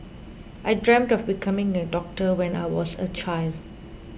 I dreamt of becoming a doctor when I was a child